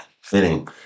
Fitting